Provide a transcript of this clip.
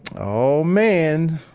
oh, man.